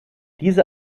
diese